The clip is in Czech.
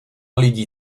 lidí